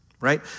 right